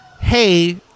hey